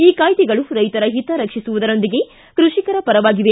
ಈ ಕಾಯ್ದೆಗಳು ರೈತರ ಹಿತ ರಕ್ಷಿಸುವುದರೊಂದಿಗೆ ಕೃಷಿಕರ ಪರವಾಗಿವೆ